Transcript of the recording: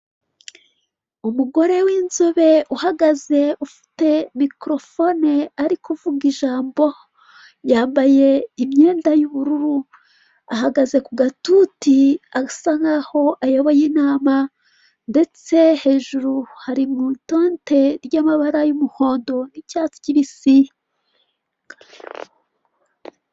Amafaranga menshi atandukanye, akoreshwa mu gihugu cy'ubumwe n'ubumwe bw'uburayi, harimo inoti za magana abiri; ijana; mirongo itanu, ndetse niza atanu.